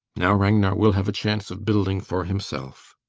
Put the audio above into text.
now ragnar will have a chance of building for himself.